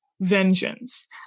vengeance